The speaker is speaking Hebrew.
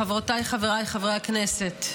חברותיי וחבריי חברי הכנסת,